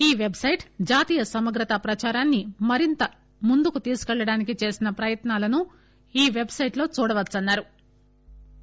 ఈ website జాతీయ సమగ్రత ప్రచారాన్ని మరింత ముందుకు తీసుకువెళ్లడానికి చేసిన ప్రయత్నాలను ఈ పెబ్ సైట్ లో చూడవచ్చన్నారు